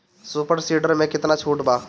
Super seeder मै कितना छुट बा?